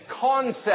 concept